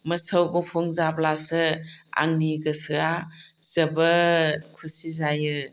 मोसौ गुफुं जाब्लासो आंनि गोसोआ जोबोद खुसि जायो